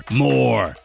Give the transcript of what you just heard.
more